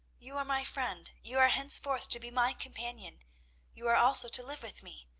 you are my friend you are henceforth to be my companion you are also to live with me.